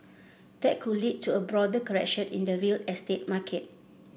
that could lead to a broader correction in the real estate market